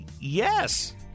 yes